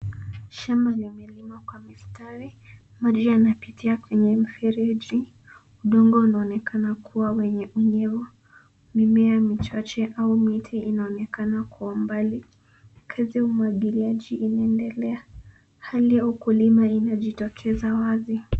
Shamba limeliwa kwa mistari. Maji yanapitia kwenye mifereji. Udongo unonekana kuwa wenye unyevu. Mimea michache au miti inaonekana kuwa umbali. Kazi ya umwagiliaji inendelea. Hali ya ukulima inajitokeza wazi.